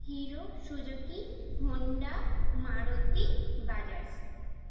hero Suzuki Honda Maruti Bajaj